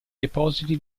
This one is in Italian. depositi